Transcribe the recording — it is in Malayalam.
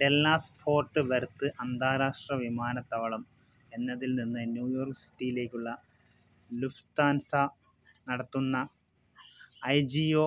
ഡെല്ലാസ് ഫോർട്ട് വെർത്ത് അന്താരാഷ്ട്ര വിമാനത്താവളം എന്നതിൽനിന്ന് ന്യൂ യോർക്ക് സിറ്റിയിലേക്ക് ലുഫ്താൻസ നടത്തുന്ന ഐ ജി ഒ